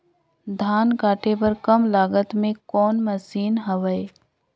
धान काटे बर कम लागत मे कौन मशीन हवय?